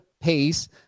pace